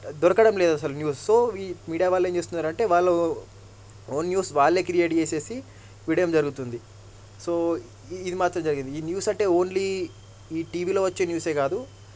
దొరకడం లేదు అసలు న్యూస్ సో ఈ మీడియా వాళ్ళు ఏం చేస్తున్నారు అంటే వాళ్ళు ఓన్ న్యూస్ వాళ్ళే క్రియేట్ చేసేసి వేయడం జరుగుతుంది సో ఇది మాత్రం జరిగింది ఈ న్యూస్ అంటే ఓన్లీ ఈ టీవీలో వచ్చే న్యూసే కాదు